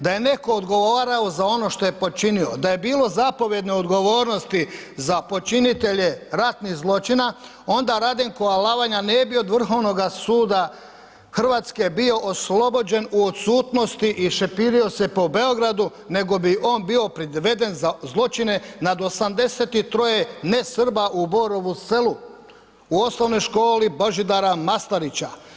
Da je netko odgovarao za ono što je počinio, da je bilo zapovjedne odgovornosti za počinitelje ratnih zločina onda Radenko Alavanja ne bi od Vrhovnoga suda Hrvatske bio oslobođen u odsutnosti i šepiro se po Beogradu nego bi on bio priveden za zločine nad 83 ne Srba u Borovu Selu u osnovnoj školi Božidara Maslarića.